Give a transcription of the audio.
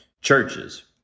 churches